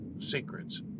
secrets